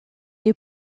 des